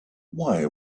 why